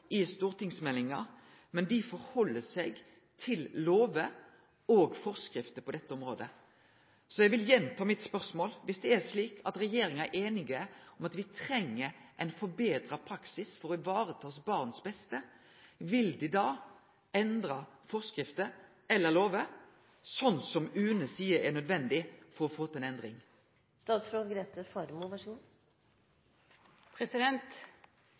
i stortingsmeldingar, men held seg til lover og forskrifter på dette området. Så eg vil gjenta spørsmålet mitt: Viss det er slik at regjeringa er einig i at me treng ein forbetra praksis for å vareta barns beste, vil ein da for å få til ei endring endre forskrifter eller lover, sånn som UNE seier er nødvendig?